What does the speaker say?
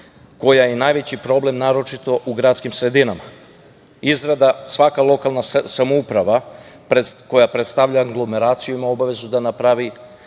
koja je najveći problem naročito u gradskim sredinama. Svaka lokalna samouprava koja predstavlja aglomeraciju ima obavezu da napravi